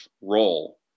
role